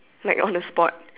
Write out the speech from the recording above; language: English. like on the spot